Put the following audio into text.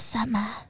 Summer